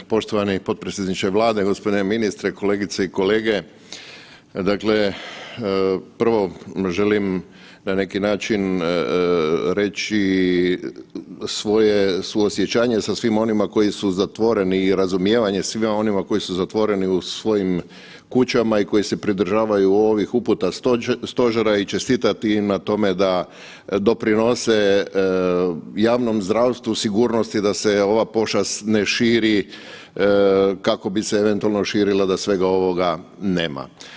Poštovani potpredsjedniče Vlade, gospodine ministre, kolegice i kolege, dakle prvo želim na neki način reći svoje suosjećanje sa svim onima koji su zatvoreni i razumijevanje svima onima koji su zatvoreni u svojim kućama i koji se pridržavaju ovih uputa stožera i čestitati im na tome da doprinose javnom zdravstvu, sigurnosti da se ova pošast ne širi kako bi se eventualno širila da svega ovoga nema.